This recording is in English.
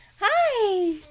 Hi